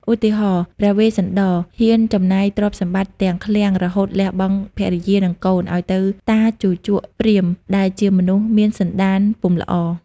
ឧទាហរណ៍ ព្រះវេស្សន្ដរហ៊ានចំណាយទ្រព្យសម្បត្តិទាំងឃ្លាំង រហូតលះបង់ភរិយា និងកូន ឱ្យទៅតាជូជកព្រាហ្មណ៍ ដែលជាមនុស្សមានសន្តានពុំល្អ។